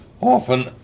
often